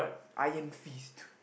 Iron Fist